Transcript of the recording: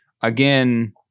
again